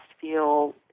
feel